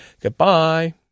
Goodbye